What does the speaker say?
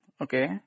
Okay